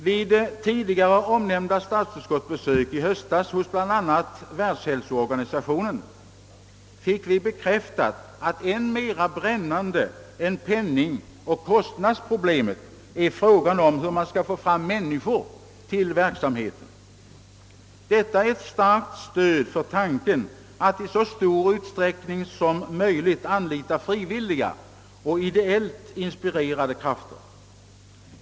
Vid tidigare omnämnda statsutskottsbesök i höstas hos bl.a. Världshälsoorganisationen fick vi bekräftat, att än mera brännande än penningoch kostnadsproblemet är frågan hur man skall få fram människor till verksamheten. Detta är ett starkt stöd för tanken att i så stor utsträckning som möjligt anlita frivilliga och ideellt inspirerade krafter.